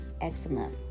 eczema